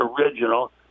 original